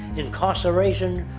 incarceration,